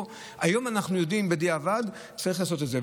או היום אנחנו יודעים בדיעבד שצריך לעשות את זה,